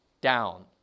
down